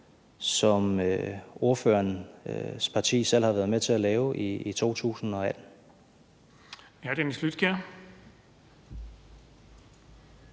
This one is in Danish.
som ordførerens parti selv har været med til at lave i 2018.